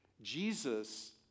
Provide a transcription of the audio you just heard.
Jesus